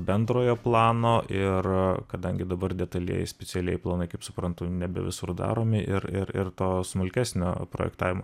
bendrojo plano ir kadangi dabar detalieji specialieji planai kaip suprantu nebe visur daromi ir ir ir to smulkesnio projektavimo